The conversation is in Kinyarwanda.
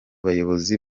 bayobozi